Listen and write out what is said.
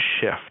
shift